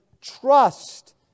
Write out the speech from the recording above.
trust